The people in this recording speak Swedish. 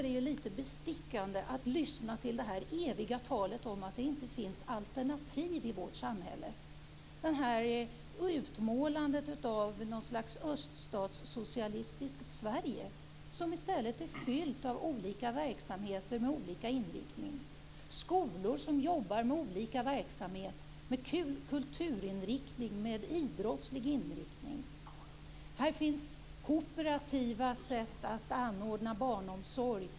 Det är lite bestickande att lyssna till det eviga talet om att det inte finns alternativ i vårt samhälle. Det utmålas något slags öststatssocialistiskt Sverige. Vårt land är i stället fyllt av olika verksamheter med olika inriktning. Det finns skolor som jobbar med olika verksamheter, med kulturinriktning och idrottslig inriktning. Det finns kooperativa sätt att anordna barnomsorg.